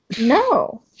No